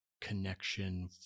connection